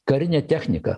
karinė technika